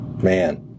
Man